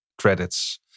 credits